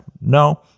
No